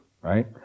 right